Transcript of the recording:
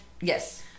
yes